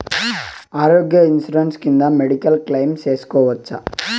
ఆరోగ్య ఇన్సూరెన్సు కింద medical claim సేసుకోవచ్చా?